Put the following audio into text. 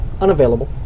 Unavailable